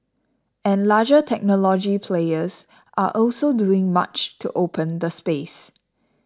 and larger technology players are also doing much to open the space